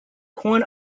coin